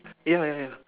ya ya ya